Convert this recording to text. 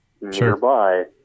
nearby